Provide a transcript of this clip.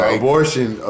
abortion